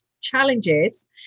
challenges